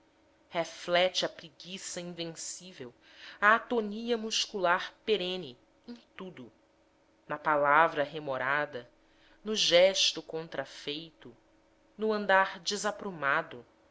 reflete a preguiça invencível a atonia muscular perene em tudo na palavra remorada no gesto contrafeito no andar desaprumado